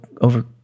over